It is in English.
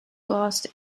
cost